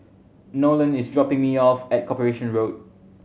Nolen is dropping me off at Corporation Road